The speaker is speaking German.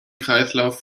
kreislauf